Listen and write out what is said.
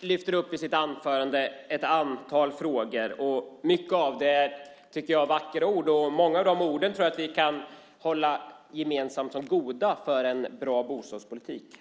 lyfter i sitt inlägg upp ett antal frågor. Han säger mycket som är vackert, och många av de vackra orden tror jag att vi gemensamt tycker är bra för bostadspolitiken.